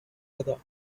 other